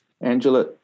Angela